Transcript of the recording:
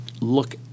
look